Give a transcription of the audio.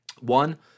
One